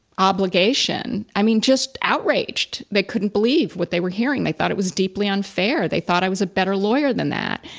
obligation i mean, just outraged. they couldn't believe what they were hearing. they thought it was deeply unfair. they thought i was a better lawyer than that.